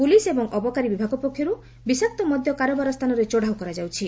police ଏବଂ ଅବକାରୀ ବିଭାଗ ପକ୍ଷରୁ ବିଷାକ୍ତ ମଦ୍ୟ କାରବାର ସ୍ଥାନରେ ଚଢ଼ଉ କରାଯାଉଛି